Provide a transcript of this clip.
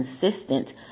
consistent